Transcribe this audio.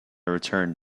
returned